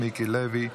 מיקי לוי,